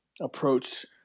approach